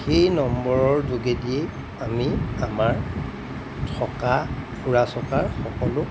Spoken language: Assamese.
সেই নম্বৰৰ যোগেদি আমি আমাৰ থকা ফুৰা চকাৰ সকলো